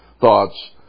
thoughts